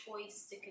choice